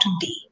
today